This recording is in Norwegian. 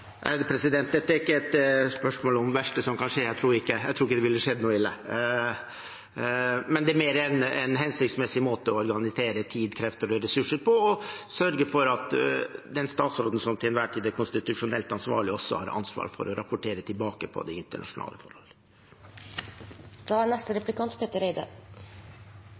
Dette er ikke et spørsmål om det verste som kan skje – jeg tror ikke det ville skjedd noe ille. Men det er mer en hensiktsmessig måte å organisere tid, krefter og ressurser på og sørge for at den statsråden som til enhver tid er konstitusjonelt ansvarlig, også har ansvar for å rapportere tilbake på de internasjonale forholdene. En liten oppfølging av den siste replikkrunden: Det er